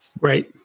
Right